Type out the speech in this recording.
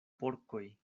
porkoj